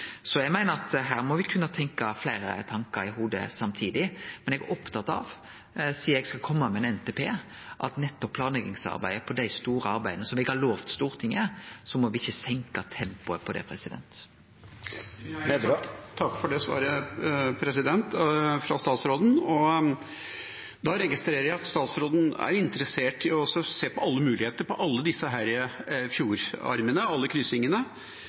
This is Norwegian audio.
Så eg meiner at her må me kunne ha fleire tankar i hovudet samtidig. Men eg er opptatt av, sidan eg skal kome med ein NTP, at me ikkje må seinke tempoet i planleggingsarbeidet på dei store arbeida – som eg har lovt Stortinget. Takk for det svaret fra statsråden. Da registrerer jeg at statsråden er interessert i å se på alle muligheter på alle disse fjordarmene, alle